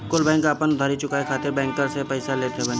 कुल बैंक आपन उधारी चुकाए खातिर बैंकर बैंक से पइसा लेत हवन